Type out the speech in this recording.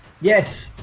Yes